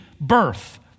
birth